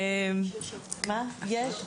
יש --- יש?